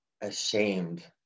ashamed